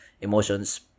emotions